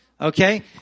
Okay